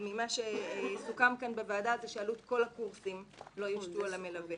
מה שסוכם כאן בוועדה הוא שעלות כל הקורסים לא יושתו על המלווה